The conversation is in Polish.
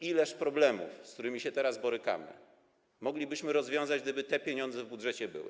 Ileż problemów, z którymi się teraz borykamy, moglibyśmy rozwiązać, gdyby te pieniądze w budżecie były.